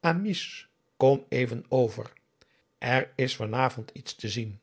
amice kom even over er is van avond iets te zien